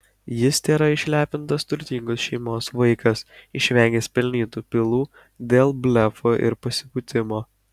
jis tėra išlepintas turtingos šeimos vaikas išvengęs pelnytų pylų dėl blefo ir pasipūtimo